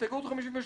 הסתייגות 58: